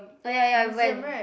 oh ya ya I went